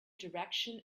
direction